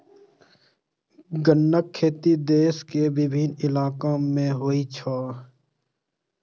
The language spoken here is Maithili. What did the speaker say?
गन्नाक खेती देश के विभिन्न इलाका मे होइ छै